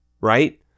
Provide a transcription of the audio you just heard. right